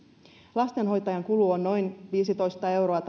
lastenhoitajan palkka on noin viisitoista euroa